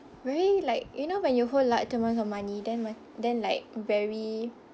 very like you know when you hold large amounts of money then ma~ then like very